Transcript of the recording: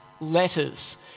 letters